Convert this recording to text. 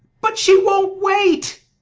but she won't wait!